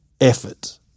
effort